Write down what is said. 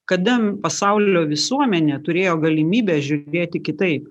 kadam pasaulio visuomenė turėjo galimybę žiūrėti kitaip